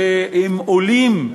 שעולים,